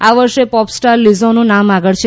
આ વર્ષે પોપસ્ટાર લીઝોનું નામ આગળ છે